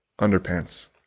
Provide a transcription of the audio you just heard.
underpants